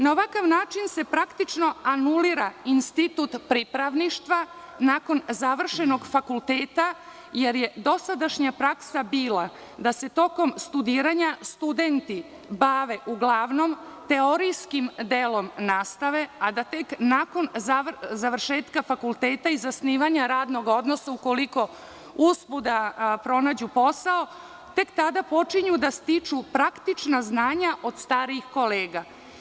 Na ovakav način se praktično anulira institutu pripravništva nakon završenog fakulteta, jer je dosadašnja praksa bila da se tokom studiranja studenti bave uglavnom teorijskim delom nastave, a da tek nakon završetka fakulteta i zasnivanja radnog odnosa ukoliko uspeju da pronađu posao, tek tada počinju da stiču praktična znanja od starijih kolega.